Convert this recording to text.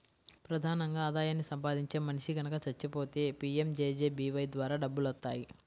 ప్రధానంగా ఆదాయాన్ని సంపాదించే మనిషి గనక చచ్చిపోతే పీయంజేజేబీవై ద్వారా డబ్బులొత్తాయి